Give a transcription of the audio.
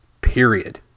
period